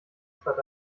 statt